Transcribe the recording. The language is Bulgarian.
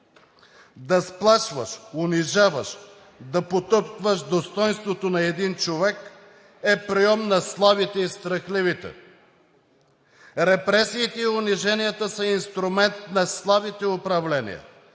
да сплашваш, унижаваш, да потъпкваш достойнството на един човек, е прийом на слабите и страхливите. Репресиите и униженията са инструмент на слабите управления,